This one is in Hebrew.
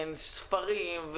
ספרים,